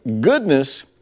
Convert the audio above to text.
goodness